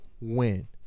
win